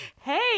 hey